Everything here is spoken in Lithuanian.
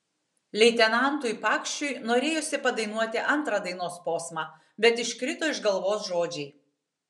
leitenantui pakšiui norėjosi padainuoti antrą dainos posmą bet iškrito iš galvos žodžiai